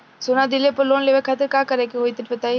सोना दिहले पर लोन लेवे खातिर का करे क होई तनि बताई?